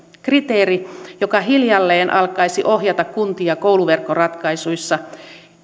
kriteeri joka hiljalleen alkaisi ohjata kuntia kouluverkkoratkaisuissa